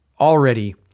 already